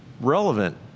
relevant